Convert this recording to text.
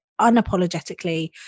unapologetically